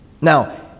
Now